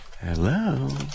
Hello